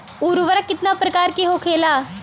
उर्वरक कितना प्रकार के होखेला?